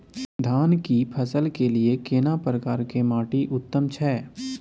धान की फसल के लिये केना प्रकार के माटी उत्तम छै?